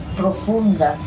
profunda